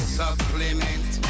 supplement